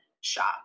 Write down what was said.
shop